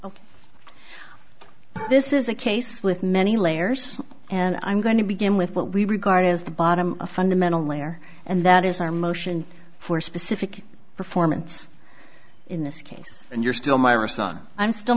own this is a case with many layers and i'm going to begin with what we regard as the bottom a fundamental layer and that is our motion for specific performance in this case and you're still my are song i'm still